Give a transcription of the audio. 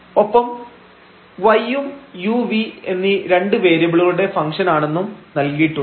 ഒപ്പം y ഉം u v എന്നീ രണ്ട് വേരിയബിളുകളുടെ ഫംഗ്ഷൻആണെന്നും നൽകിയിട്ടുണ്ട്